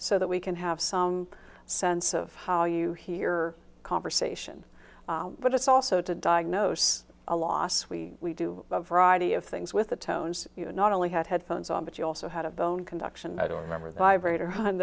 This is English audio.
so that we can have some sense of how you hear conversation but it's also to diagnose a loss we do a variety of things with the tones you not only had headphones on but you also had a bone conduction i don't remember the library to run